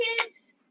kids